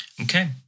Okay